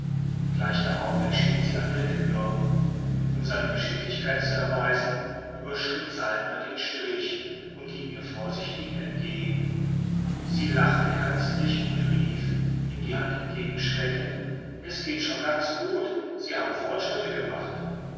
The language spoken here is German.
gleich darauf erschien sie an der tür um seine geschicklichkeit zu erweisen überschritt saltner den strich und ging ihr vorsichtig entgegen sie lachte herzlich und rief ihm die hand entgegenstreckend es geht schon ganz gut sie haben fortschritte gemacht